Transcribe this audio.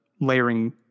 layering